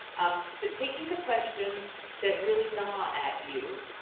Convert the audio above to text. but taking the questions that really gnaw at you.